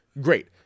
great